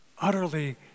utterly